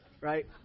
right